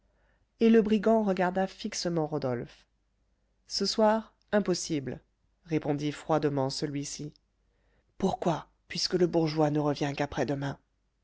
et le brigand regarda fixement rodolphe ce soir impossible répondit froidement celui-ci pourquoi puisque le bourgeois ne revient qu'après-demain